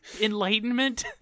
enlightenment